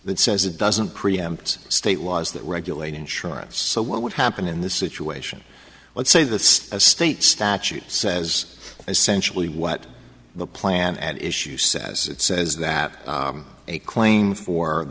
that says it doesn't preempt state laws that regulate insurance so what would happen in this situation let's say the state of state statute says essentially what the plan at issue says it says that a claim for